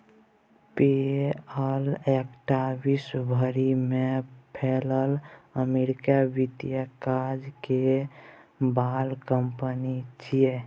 पे पल एकटा विश्व भरि में फैलल अमेरिकी वित्तीय काज करे बला कंपनी छिये